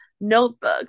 Notebook